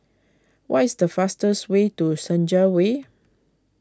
what is the fastest way to Senja Way